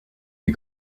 les